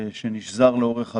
שנשזר לאורך הדורות.